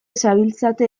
zabiltzate